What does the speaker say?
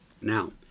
Now